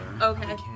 Okay